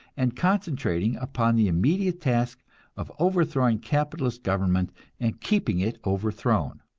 and concentrating upon the immediate task of overthrowing capitalist government and keeping it overthrown.